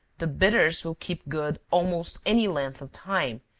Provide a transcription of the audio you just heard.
the bitters will keep good almost any length of time,